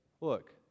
look